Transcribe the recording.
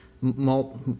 malt